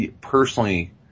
personally